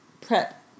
prep